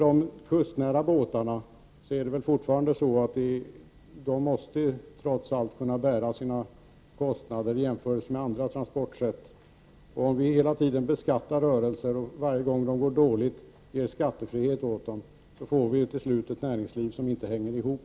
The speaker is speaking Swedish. De kustnära båtarna måste väl fortfarande trots allt kunna bära sina kostnader i jämförelse med andra transportmedel. Om vi hela tiden beskattar rörelser och varje gång de går dåligt ger dem skattefrihet, får vi till sist ett näringsliv som inte hänger ihop.